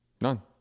None